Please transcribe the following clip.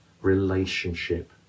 relationship